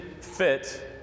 fit